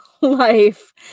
life